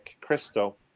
crystal